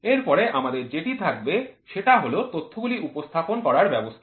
এরপরে আমাদের যেটি থাকবে সেটা হল তথ্যগুলি উপস্থাপন করার ব্যবস্থা